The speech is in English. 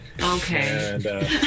Okay